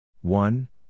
One